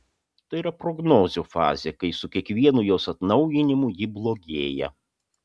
tai yra ta prognozių fazė kai su kiekvienu jos atnaujinimu ji blogėja